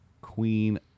Queen